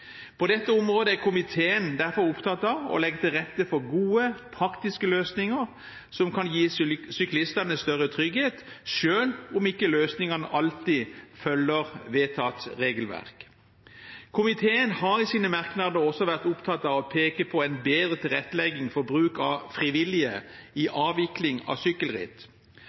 På dette området er komiteen derfor opptatt av å legge til rette for gode, praktiske løsninger som kan gi syklistene større trygghet, selv om løsningene ikke alltid følger vedtatt regelverk. Komiteen har i sine merknader også vært opptatt av å peke på en bedre tilrettelegging for bruk av frivillige i avvikling av